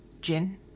Gin